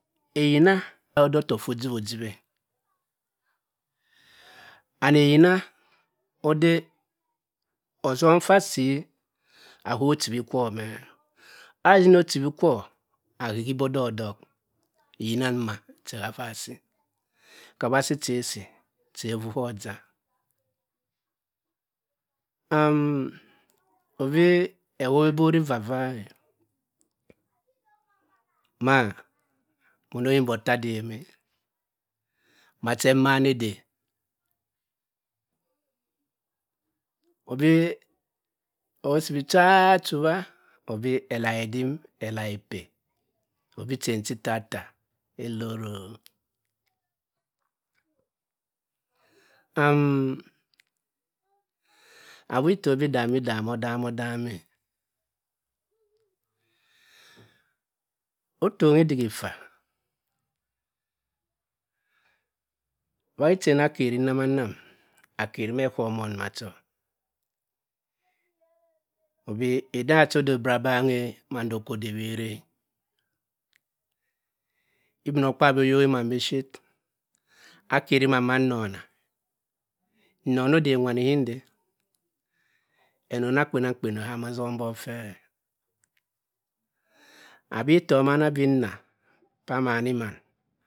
Eyin odhutur foo jiwo iwe and eyina odey oz-um faa si a hay ochiwi kwo meh, azizi mo chiwi kwo a-hay kibe odordok eyina duma ke halla si kewa a si se o-siy, oui ewor obengborivava mah momoy matta moyi mate mane odey, obi amo si ta tue wa obi elidim elieche taititata elololo awe to we amo dumy o damo damhe otohi idighe fa wahe chain akery hi nanaa nam, akery helomoma sh obi edenh cha odey ebrin bang eh eh mardo ko dey ray, ibmokpaabu ohuuhiman bi ship a cari enorna enorna dey wani okodey enorna yani ohana ozum fe.